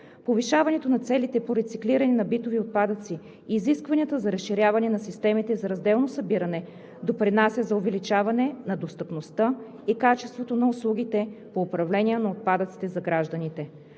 Повишаването на целите по рециклирането на битовите отпадъци и изискванията за разширяване на системите за разделно събиране допринасят за увеличаване на достъпността и качеството на услугите по управление на отпадъците за гражданите.